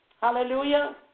Hallelujah